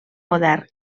modern